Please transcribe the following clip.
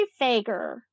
Fager